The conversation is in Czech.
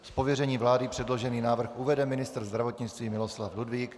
Z pověření vlády předložený návrh uvede ministr zdravotnictví Miloslav Ludvík.